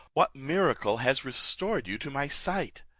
what miracle has restored you to my sight?